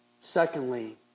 Secondly